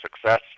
success